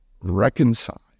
reconcile